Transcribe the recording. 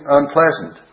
unpleasant